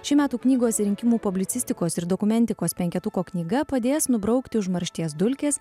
ši metų knygos rinkimų publicistikos ir dokumentikos penketuko knyga padės nubraukti užmaršties dulkes